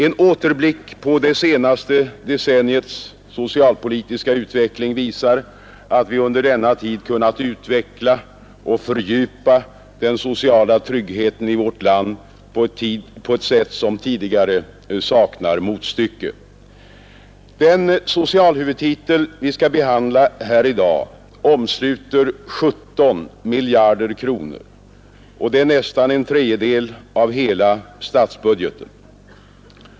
En återblick på det senaste decenniets socialpolitiska utveckling visar att vi under denna tid kunnat utveckla och fördjupa den sociala tryggheten i vårt land på ett sätt som tidigare saknar motstycke. Den socialhuvudtitel vi skall behandla här i dag omsluter 17 miljarder kronor, och det är nästan en tredjedel av hela statsbudgeten.